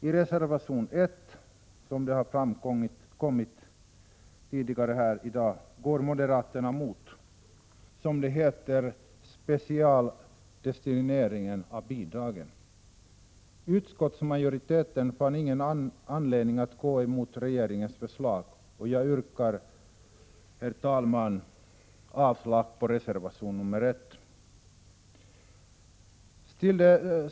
I reservation nr 1 går moderaterna mot, som det heter, specialdestineringen av bidragen. Utskottsmajoriteten fann ingen anledning att gå emot regeringens förslag, och jag yrkar, herr talman, avslag på reservation nr 1.